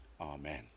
Amen